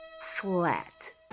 flat